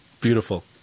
Beautiful